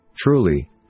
Truly